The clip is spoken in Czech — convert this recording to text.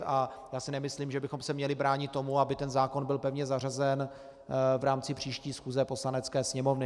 A nemyslím si, že bychom se měli bránit tomu, aby ten zákon byl pevně zařazen v rámci příští schůze Poslanecké sněmovny.